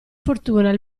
fortuna